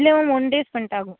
இல்லை ma'am one day spend ஆகும்